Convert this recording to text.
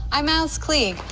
i'm alice klieg,